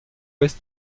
ouest